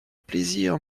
plaisir